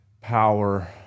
power